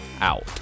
out